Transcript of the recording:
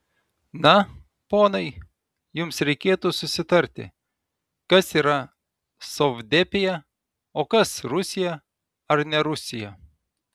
na ponai jums reikėtų susitarti kas yra sovdepija o kas rusija ar ne rusija